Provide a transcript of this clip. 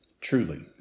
truly